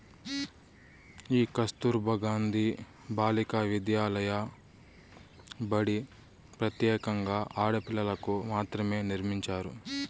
ఈ కస్తుర్బా గాంధీ బాలికా విద్యాలయ బడి ప్రత్యేకంగా ఆడపిల్లలకు మాత్రమే నిర్మించారు